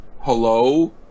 hello